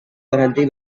berhenti